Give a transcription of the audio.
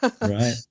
Right